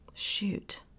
shoot